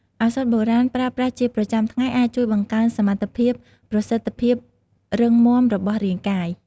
ឱសថបុរាណប្រើប្រាស់ជាប្រចាំថ្ងៃអាចជួយបង្កើនសមត្ថភាពប្រសិទ្ធភាពរឹងមាំរបស់រាងកាយ។